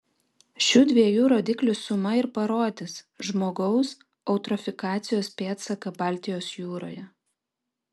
šių dviejų rodiklių suma ir parodys žmogaus eutrofikacijos pėdsaką baltijos jūroje